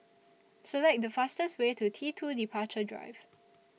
Select The fastest Way to T two Departure Drive